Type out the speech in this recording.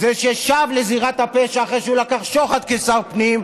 זה ששב לזירת הפשע אחרי שהוא לקח שוחד כשר פנים,